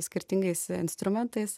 skirtingais instrumentais